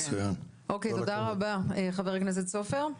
תודה רבה, חבר הכנסת סופר.